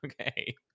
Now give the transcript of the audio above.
Okay